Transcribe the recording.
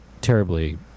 terribly